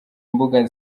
imbuga